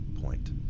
point